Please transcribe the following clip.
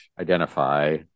identify